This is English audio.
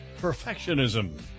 perfectionism